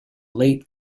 late